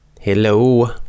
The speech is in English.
hello